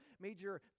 major